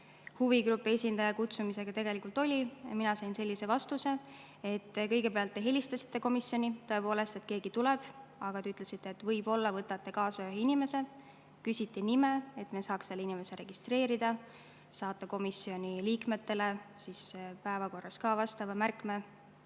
huvigrupi esindaja kutsumisega tegelikult oli. Mina sain sellise vastuse, et kõigepealt te, tõepoolest, helistasite komisjoni, et keegi tuleb, aga te ütlesite, et võib-olla te võtate kaasa ühe inimese. Küsiti nime, et me saaks selle inimese registreerida, saata komisjoni liikmetele päevakorras ka vastava märke,